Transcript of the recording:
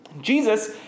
Jesus